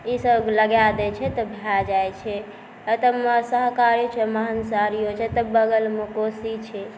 ई सब लगा दै छै तऽ भऽ जाइ छै एतय शाकाहारी छै माँसाहारी होइ छै तऽ बगलमे कोशी छै